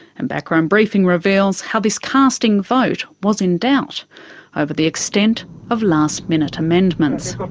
and background briefing reveals how this casting vote was in doubt over the extent of last-minute amendments.